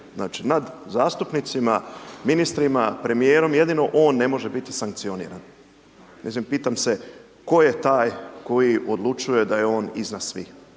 Znači nad zastupnicima, ministrima, premijerom, jedino on ne može biti sankcioniran. Mislim, pitam se tko je taj tko odlučuje da je on iznad svih,